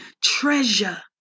treasure